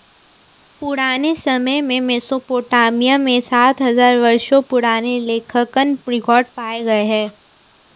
पुराने समय में मेसोपोटामिया में सात हजार वर्षों पुराने लेखांकन रिकॉर्ड पाए गए हैं